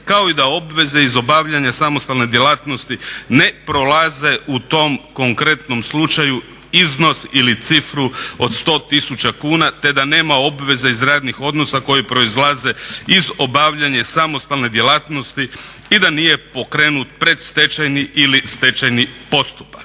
kao i da obveze iz obavljanja samostalne djelatnosti ne prolaze u tom konkretnom slučaju iznos ili cifru od 100 tisuća kuna te da nema obveze iz radnih odnos koje proizlaze iz obavljanja samostalne djelatnosti i da nije pokrenut predstečajni ili stečajni postupak.